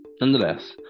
Nonetheless